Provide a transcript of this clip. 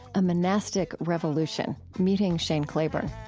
a monastic revolution meeting shane claiborne.